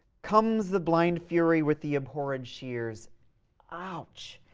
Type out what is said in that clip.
comes the blind fury with the abhorred shears ouch!